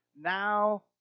Now